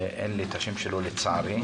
אין לי את השם שלו לצערי.